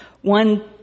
one